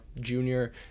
junior